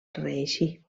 reeixir